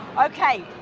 Okay